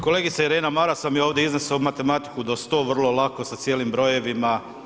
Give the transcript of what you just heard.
Kolegice Irena, Maras vam je ovdje iznesao matematiku do 100 vrlo lako sa cijelim brojevima.